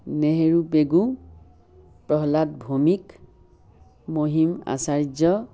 Nehru Pegu Prahlad Bhowmik Mahim Acharya